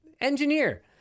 engineer